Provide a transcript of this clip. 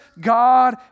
God